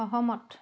সহমত